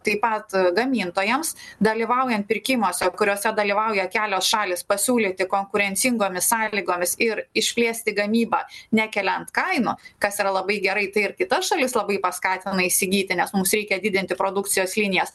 taip pat gamintojams dalyvaujant pirkimuose kuriuose dalyvauja kelios šalys pasiūlyti konkurencingomis sąlygomis ir išplėsti gamybą nekeliant kainų kas yra labai gerai tai ir kita šalis labai paskatina įsigyti nes mums reikia didinti produkcijos linijas